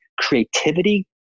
creativity